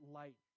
light